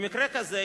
במקרה כזה,